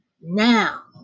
Now